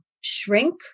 shrink